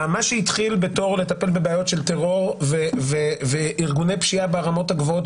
מה שהתחיל בתור לטפל בבעיות של טרור וארגוני פשיעה ברמות הגבוהות